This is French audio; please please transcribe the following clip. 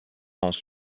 sans